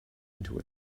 into